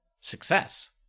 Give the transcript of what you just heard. success